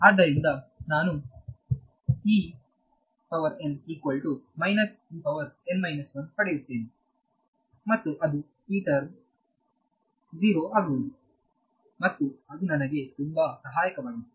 minus ಹೌದು ಸರಿ ಆದ್ದರಿಂದ ನಾನು ಪಡೆಯುತ್ತೇನೆ ಮತ್ತು ಅದು ಈ ಟರ್ಮ್ 0 ಆಗುವುದು ಮತ್ತು ಅದು ನನಗೆ ತುಂಬಾ ಸಹಾಯಕವಾಗಿದೆ